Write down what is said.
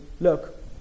look